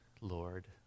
Lord